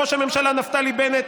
ראש הממשלה נפתלי בנט,